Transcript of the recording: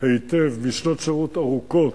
משנות שירות ארוכות,